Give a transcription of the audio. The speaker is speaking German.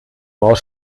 maus